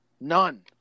None